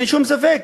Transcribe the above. אין שום ספק: